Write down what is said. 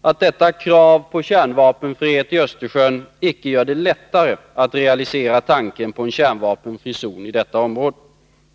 att detta krav på kärnvapenfrihet i Östersjön icke gör det lättare att realisera tanken på en kärnvapenfri zon i detta område.